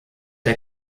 der